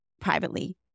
privately